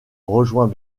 rejoint